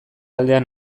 aldean